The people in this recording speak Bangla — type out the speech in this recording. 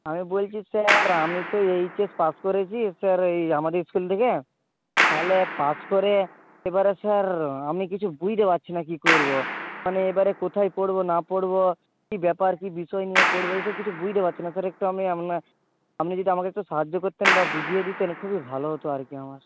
আমি বলছি স্যার আমি তো এইচ এস পাস করেছি স্যার এই আমাদের স্কুল থেকে তাহলে পাশ করে এবারে স্যার আমি কিছু বুঝতে পারছি না কি করবো মানে এবারে কোথায় পড়বো না পড়বো কি ব্যাপার কি বিষয় নিয়ে পড়বো এই সব কিছু বুঝতে পারছি না স্যার একটু আমি আপনি যদি আমাকে একটু সাহায্য করতেন বা বুঝিয়ে দিতেন খুবই ভালো হতো আর কি আমার